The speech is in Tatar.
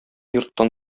йорттан